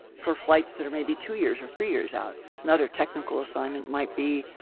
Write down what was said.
for flights that are maybe two years, or three years out. another technical assignment might be,